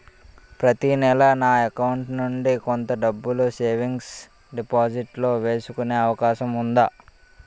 ప్రతి నెల నా అకౌంట్ నుండి కొంత డబ్బులు సేవింగ్స్ డెపోసిట్ లో వేసుకునే అవకాశం ఉందా?